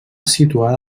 situada